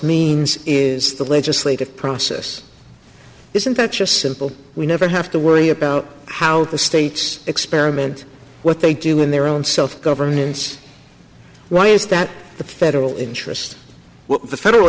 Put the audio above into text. means is the legislative process isn't that just simple we never have to worry about how the states experiment what they do in their own self governance one is that the federal interest the federal